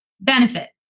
benefit